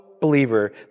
believer